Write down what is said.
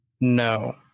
no